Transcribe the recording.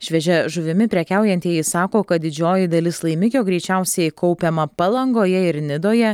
šviežia žuvimi prekiaujantieji sako kad didžioji dalis laimikio greičiausiai kaupiama palangoje ir nidoje